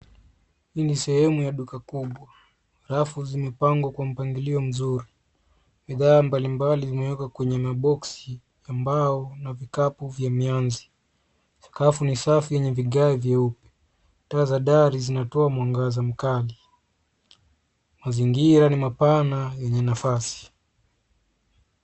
Hii ni sehemu ya duka kubwa . Rafu zimepangwa kwa mpangilio mzuri Bidhaa mbalimbali zimewekwa kwenye maboksi ya mbao na vikapu vya mianzi. Sakafu ni safi yenye vigae vyeupe. Taa za dari zinatoa mwangaza mkali. Mazingira ni mapana yenye nafasi.